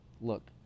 Look